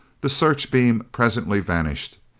the searchbeam presently vanished.